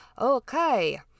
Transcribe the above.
Okay